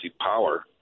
power